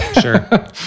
Sure